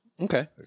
okay